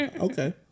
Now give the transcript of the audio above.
okay